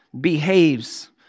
behaves